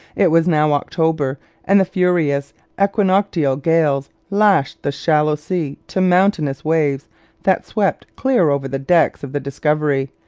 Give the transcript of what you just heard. it was now october and the furious equinoctial gales lashed the shallow sea to mountainous waves that swept clear over the decks of the discovery,